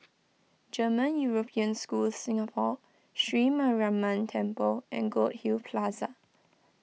German European School Singapore Sri Mariamman Temple and Goldhill Plaza